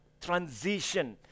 transition